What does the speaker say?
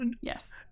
yes